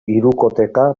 hirukoteka